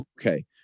okay